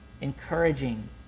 encouraging